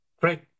Great